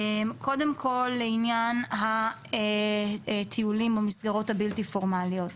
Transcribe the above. קודם כל לעניין הטיולים, המסגרות הבלתי-פורמליות.